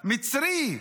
מצרי,